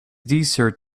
dessert